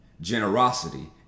generosity